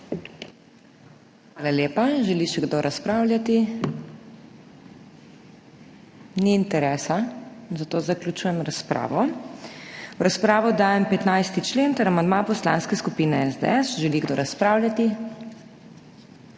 Hvala lepa. Želi še kdo razpravljati? (Ne.) Ni interesa, zato zaključujem razpravo. V razpravo dajem 15. člen ter amandma Poslanske skupine SDS. Želi kdo razpravljati?